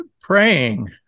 praying